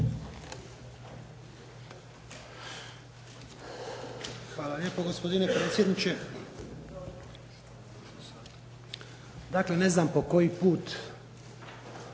Hvala lijepo gospodine predsjedniče. Dakle, ne znam po koji put